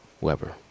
Weber